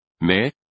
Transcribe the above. Mais